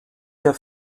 der